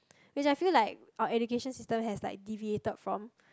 is like I feel like our education system has like deviated from